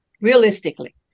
realistically